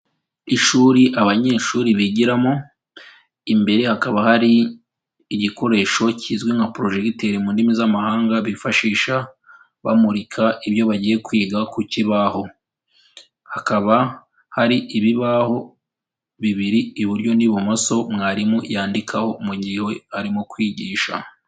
Ishuri abanyeshuri bigiramo, imbere hakaba hari igikoresho kizwi nka ''projecteur'' mu ndimi z'amahanga, bifashisha bamurika ibyo bagiye kwiga ku kibaho; hakaba hari ibibaho bibiri iburyo n'ibumoso, mwarimu yandikaho mu gihe arimo kwigisha.